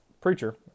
preacher